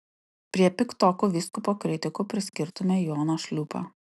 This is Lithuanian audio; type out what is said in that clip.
prie piktokų vyskupo kritikų priskirtume joną šliūpą